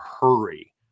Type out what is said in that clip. hurry